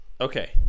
Okay